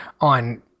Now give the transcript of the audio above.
on